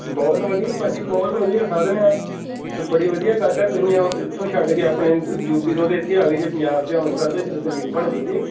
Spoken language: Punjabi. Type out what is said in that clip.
ਬਹੁਤ ਵਧੀਆ ਭਾਅ ਜੀ ਬਹੁਤ ਵਧੀਆ ਸਾਧਨ ਆ ਅਤੇ ਬੜੀ ਵਧੀਆ ਗੱਲ ਹੈ ਤੁਸੀਂ ਇਥੋਂ ਛੱਡ ਕੇ ਆਪਣੇ ਯੂ ਪੀ ਤੋਂ ਅਤੇ ਇੱਥੇ ਆ ਗਏ ਜੇ ਪੰਜਾਬ 'ਚ ਅੰਮ੍ਰਿਤਸਰ ਦੇ ਵਸਨੀਕ ਬਣ ਗਏ ਜੀ